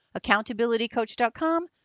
accountabilitycoach.com